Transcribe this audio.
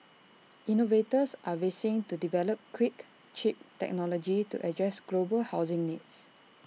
innovators are racing to develop quick cheap technology to address global housing needs